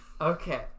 Okay